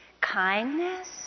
kindness